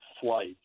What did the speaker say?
flight